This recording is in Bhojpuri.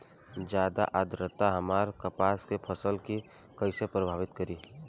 ज्यादा आद्रता हमार कपास के फसल कि कइसे प्रभावित करी?